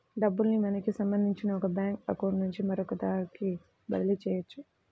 డబ్బుల్ని మనకి సంబంధించిన ఒక బ్యేంకు అకౌంట్ నుంచి మరొకదానికి బదిలీ చెయ్యొచ్చు